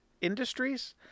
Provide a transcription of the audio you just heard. Industries